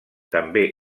també